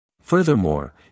Furthermore